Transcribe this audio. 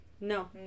No